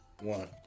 one